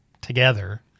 together